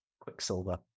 Quicksilver